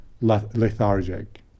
lethargic